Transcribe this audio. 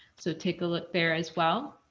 so, take a look there as well.